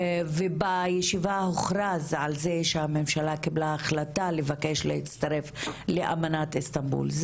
ובישיבה הוכרז על זה שהממשלה קיבלה החלטה לבקש להצטרף לאמנת איסטנבול.